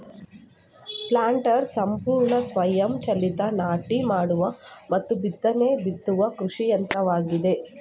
planters ಸಂಪೂರ್ಣ ಸ್ವಯಂ ಚಾಲಿತ ನಾಟಿ ಮಾಡುವ ಮತ್ತು ಬಿತ್ತನೆ ಬಿತ್ತುವ ಕೃಷಿ ಯಂತ್ರವಾಗಿದೆ